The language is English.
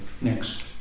next